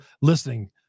listening